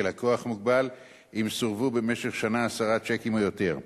מוגבל, אם סורבו במשך שנה עשרה שיקים או יותר.